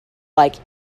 like